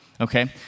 Okay